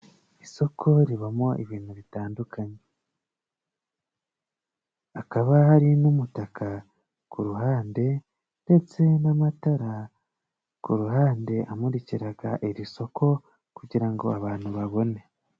Isoko ribamo ibintu bitandukanye. Hakaba hari n'umutaka ku ruhande, ndetse n'amatara ku ruhande, amurikiraga iri soko kugira ngo abantu babone.